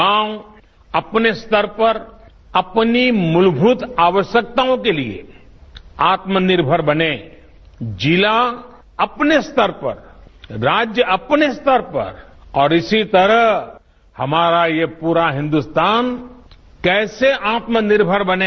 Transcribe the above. गांव अपने स्तर पर अपनी मूलभूत आवश्यकताओं के लिए आत्मनिर्भर बने जिला अपने स्तर पर राष्य अपने स्तर पर और इसी तरह हमारा ये पूरा हिन्दुस्तान कैसे आत्मनिर्मर बने